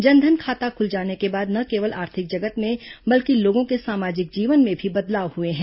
जन धन खाता खुल जाने के बाद न केवल आर्थिक जगत में बल्कि लोगों के सामाजिक जीवन में भी बदलाव हुए हैं